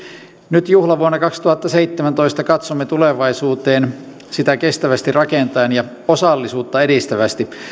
nyt juhlavuonna kaksituhattaseitsemäntoista katsomme tulevaisuuteen sitä kestävästi rakentaen ja osallisuutta edistävästi